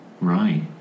Right